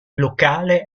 locale